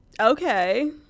Okay